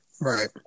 Right